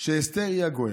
שאסתר היא הגואל.